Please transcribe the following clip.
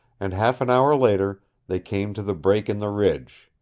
and half an hour later they came to the break in the ridge,